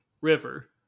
river